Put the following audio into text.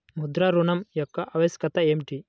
ముద్ర ఋణం యొక్క ఆవశ్యకత ఏమిటీ?